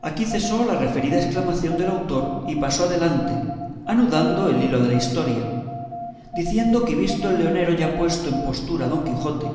aquí cesó la referida exclamación del autor y pasó adelante anudando el hilo de la historia diciendo que visto el leonero ya puesto en postura a don quijote